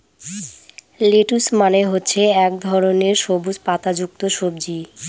lettuce মানে হচ্ছে এক ধরনের সবুজ পাতা যুক্ত সবজি